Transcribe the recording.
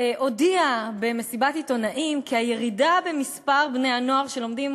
במסיבת עיתונאים כי הירידה במספר בני-הנוער שלומדים